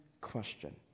question